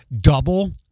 double